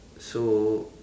so